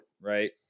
right